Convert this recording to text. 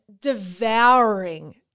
devouring